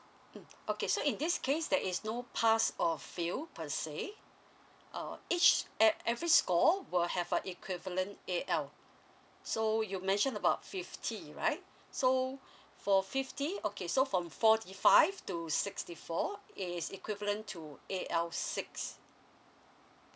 mm okay so in this case there is no pass or fail per se uh each at every score will have a equivalent A_L so you mentioned about fifty right so for fifty okay so from forty five to sixty four is equivalent to A_L six